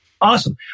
Awesome